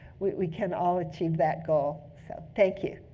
we can all achieve that goal. so thank you.